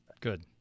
Good